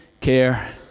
care